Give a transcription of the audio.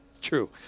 True